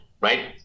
right